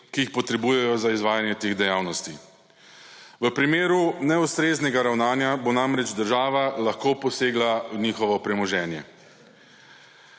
ki jih potrebujejo za izvajanje teh dejavnosti. V primeru neustreznega ravnanja bo namreč država lahko posegla v njihovo premoženje.